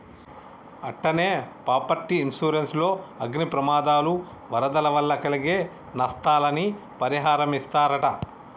అట్టనే property insurance లో అగ్ని ప్రమాదాలు, వరదల వల్ల కలిగే నస్తాలని పరిహారమిస్తరట